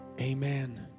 Amen